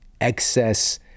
excess